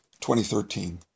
2013